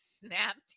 snapped